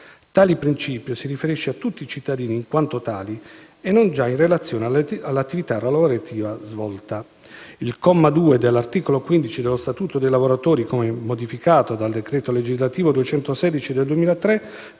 Tale principio si riferisce a tutti i cittadini in quanto tali e non già in relazione all'attività lavorativa svolta. Il comma 2 dell'articolo 15 della Statuto dei lavoratori, come modificato dal decreto legislativo n. 216 del 2003,